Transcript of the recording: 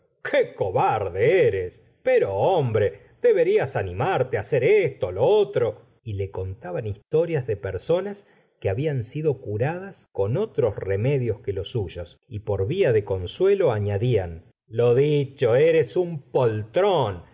qué cobarde eres pero hombre deberlas animarte hacer esto lo otro y le contaban historias de personas que habían sido curadas con otros remedios que los suyos y por via de consuelo añadían lo dicho eres un poltrón